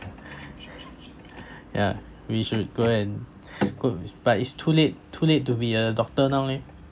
yeah we should go and go but it's too late too late to be a doctor now leh